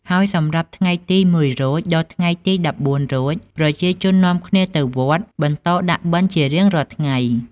ហើយសម្រាប់ថ្ងៃទី០១រោច ដល់ថ្ងៃទី១៤រោច ប្រជាជននាំគ្នាទៅវត្ត បន្តដាក់បិណ្ឌជារៀងរាល់ថ្ងៃ។